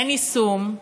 אין יישום.